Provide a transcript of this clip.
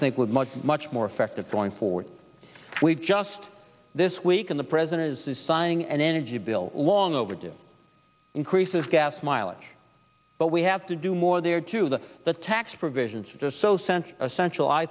think would much much more effective going forward we've just this week and the president is signing an energy bill long overdue increases gas mileage but we have to do more there to the the tax provisions just so sense essential i